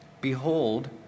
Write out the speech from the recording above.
Behold